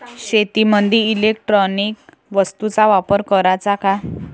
शेतीमंदी इलेक्ट्रॉनिक वस्तूचा वापर कराचा का?